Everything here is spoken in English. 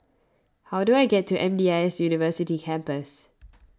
how do I get to M D I S University Campus